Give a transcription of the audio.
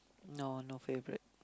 no no favourite